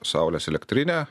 saulės elektrinę